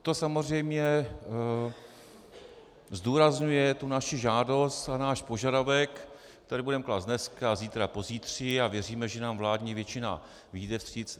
To samozřejmě zdůrazňuje tu naši žádost a náš požadavek, který budeme klást dneska, zítra, pozítří, a věříme, že nám vládní většina vyjde vstříc.